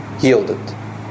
yielded